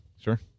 Sure